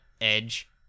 Edge